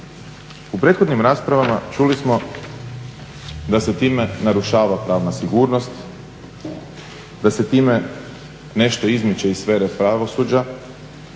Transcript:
U prethodnim raspravama čuli smo da se time narušava pravna sigurnost, da se time nešto izmiče iz sfere pravosuđa,